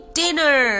dinner